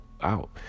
out